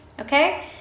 okay